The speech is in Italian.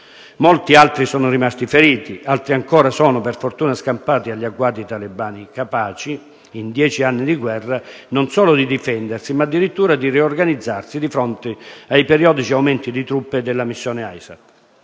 Molti altri sono rimasti feriti. Altri ancora sono, per fortuna, scampati agli agguati dei talebani, capaci, in dieci anni di guerra, non solo di difendersi, ma addirittura di riorganizzarsi di fronte ai periodici aumenti di truppe della missione ISAF.